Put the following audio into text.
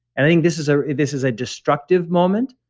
and i think this is ah this is a destructive moment,